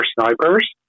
snipers